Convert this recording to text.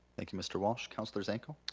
thank you mr. walsh, councilor zanko?